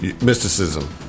mysticism